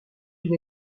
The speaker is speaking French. une